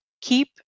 keep